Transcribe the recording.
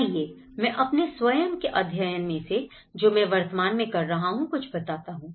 आइए मैं अपने स्वयं के अध्ययन में से जो मैं वर्तमान में कर रहा हूं कुछ बताता हूं